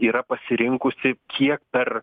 yra pasirinkusi kiek per